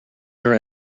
your